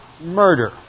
murder